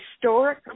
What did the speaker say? Historic